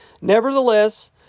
Nevertheless